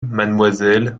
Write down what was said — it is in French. mademoiselle